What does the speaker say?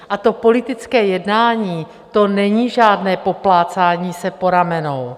A to politické jednání, to není žádné poplácání se po ramenou.